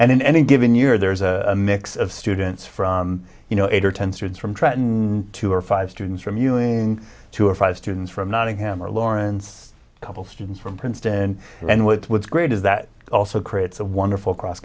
and in any given year there is a mix of students from you know eight or ten students from tretton two or five students from ewing two or five students from nottingham or lawrence couple students from princeton and what's great is that also creates a wonderful cross